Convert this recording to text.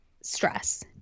stress